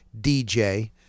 DJ